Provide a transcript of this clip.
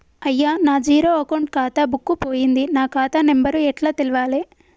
అయ్యా నా zero account ఖాతా బుక్కు పోయింది నా ఖాతా నెంబరు ఎట్ల తెలవాలే?